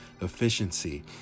efficiency